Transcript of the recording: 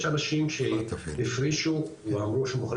יש אנשים שהפרישו ואמרו שהם מוכנים